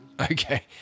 okay